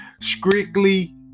Strictly